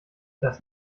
das